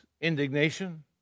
indignation